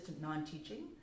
non-teaching